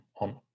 on